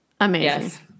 amazing